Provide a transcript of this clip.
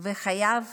וחייב